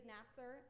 Nasser